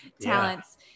talents